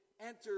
enter